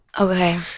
Okay